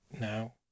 now